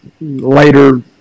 later